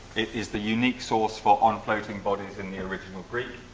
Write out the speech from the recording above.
it is the unique source for on floating bodies in the original greek,